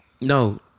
no